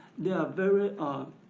they are very,